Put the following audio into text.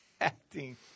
Acting